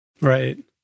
Right